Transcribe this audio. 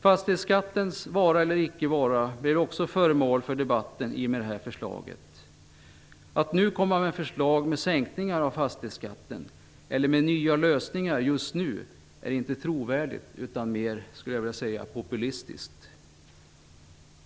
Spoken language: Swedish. Fastighetsskattens vara eller icke vara blev också föremål för debatt i och med detta förslag. Att just nu komma med förslag till sänkningar av fastighetsskatten, eller med nya lösningar, är inte trovärdigt. Jag skulle nästan vilja kalla det populistiskt.